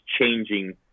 changing